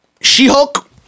She-Hulk